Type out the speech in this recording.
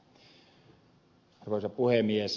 arvoisa puhemies